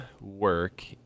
work